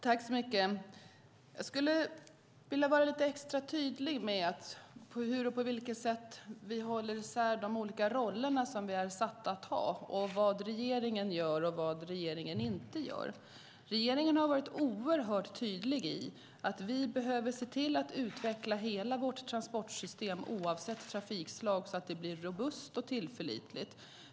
Herr talman! Jag skulle vilja vara lite extra tydlig med hur vi håller isär de olika roller vi är satta att ha och vad regeringen gör och inte gör. Regeringen har varit oerhört tydlig med att vi behöver se till att utveckla hela vårt transportsystem, oavsett trafikslag, så att det blir robust och tillförlitligt.